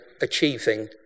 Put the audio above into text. achieving